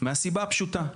מהסיבה הפשוטה.